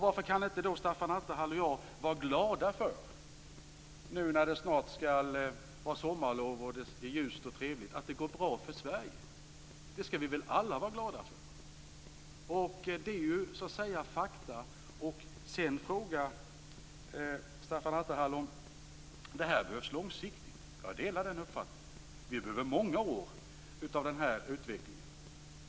Varför kan inte Staffan Attefall och jag vara glada, nu när det snart är sommarlov och är ljust och trevligt, över att det går bra för Sverige? Det skall vi väl alla vara glada för? Det är ju fakta. Sedan säger Stefan Attefall att det här behövs långsiktigt. Jag delar den uppfattningen. Vi behöver många år av den här utvecklingen.